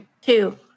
Two